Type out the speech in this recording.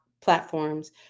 platforms